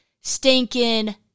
stinking